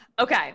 Okay